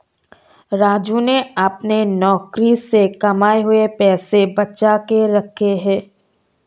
राजू ने अपने नौकरी से कमाए हुए पैसे बचा के रखे हैं